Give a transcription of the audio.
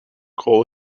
coal